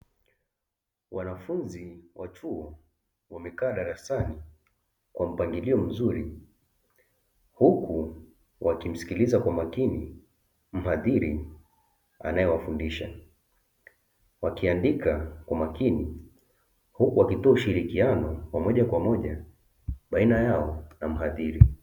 Wanafunzi wa chuo wamekaa darasani kwa mpangilio mzuri, huku wakimsikiliza kwa makini mhadhiri anayewafundisha, wakiandika kwa makini, huku wakitoa ushirikiano wa moja kwa moja baina yao na mhadhiri.